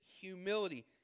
humility